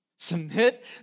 Submit